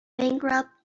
bankrupt